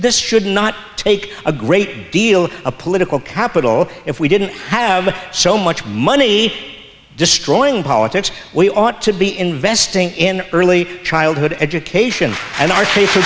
this should not take a great deal of political capital if we didn't have so much money destroying politics we ought to be investing in early childhood education and